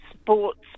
sports